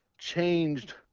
changed